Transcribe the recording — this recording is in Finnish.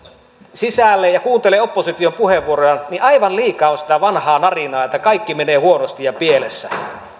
sisälle ja kuuntelee opposition puheenvuoroja niin aivan liikaa on sitä vanhaa narinaa että kaikki menee huonosti ja on pielessä